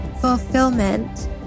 fulfillment